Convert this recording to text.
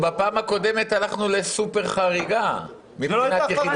בפעם הקודמת הלכנו לסופר חריגה מבחינת יחידת המימון.